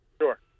Sure